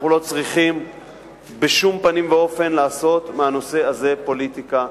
אנחנו לא צריכים בשום פנים ואופן לעשות מהנושא הזה פוליטיקה.